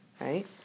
right